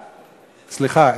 סליחה,